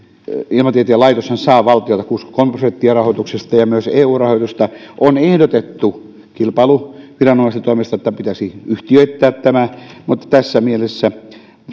ilmatieteen laitoshan saa valtiolta kuusikymmentäkolme prosenttia rahoituksesta ja ja myös eu rahoitusta on ehdotettu kilpailuviranomaisten toimesta että pitäisi yhtiöittää tämä mutta tässä mielessä